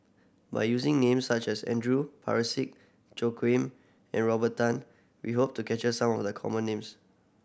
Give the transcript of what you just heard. by using names such as Andrew Parsick Joaquim and Robert Tan we hope to capture some of the common names